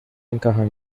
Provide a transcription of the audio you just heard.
encajan